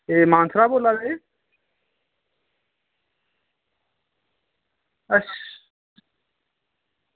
एह् मानसरा बोला दे अच्छा